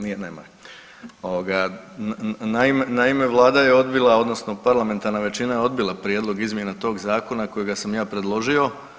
Naime, Vlada je odbila, odnosno parlamentarna većina je odbila prijedlog izmjena tog zakona kojega sam ja predložio.